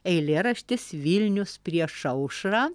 eilėraštis vilnius prieš aušrą